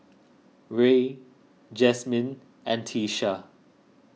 Rey Jasmyn and Tyesha